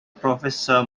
professor